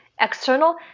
external